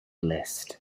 list